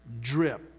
drip